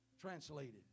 Translated